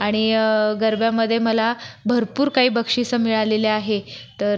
आणि गरब्यामध्ये मला भरपूर काही बक्षीसं मिळालेले आहे तर